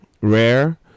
Rare